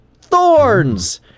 Thorns